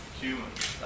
humans